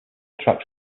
tracks